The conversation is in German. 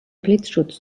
blitzschutz